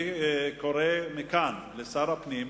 אני קורא מכאן לשר הפנים,